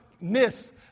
miss